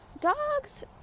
dogs